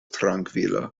trankvila